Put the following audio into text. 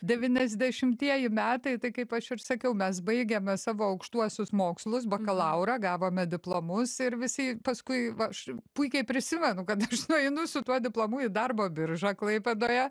devyniasdešimtieji metai tai kaip aš ir sakiau mes baigėme savo aukštuosius mokslus bakalaurą gavome diplomus ir visi paskui vaš puikiai prisimenu kad nueinu su tuo diplomu į darbo biržą klaipėdoje